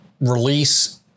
release